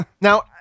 Now